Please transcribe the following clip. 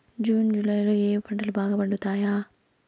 June July లో ఏ పంటలు బాగా పండుతాయా?